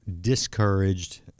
discouraged